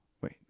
Wait